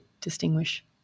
distinguish